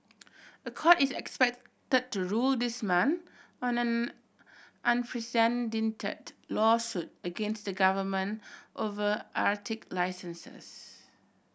a court is expected to rule this month on an unprecedented lawsuit against the government over Arctic licenses